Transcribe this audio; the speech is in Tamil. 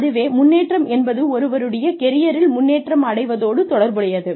அதுவே முன்னேற்றம் என்பது ஒருவருடைய கெரியரில் முன்னேற்றம் அடைவதோடு தொடர்புடையது